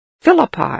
Philippi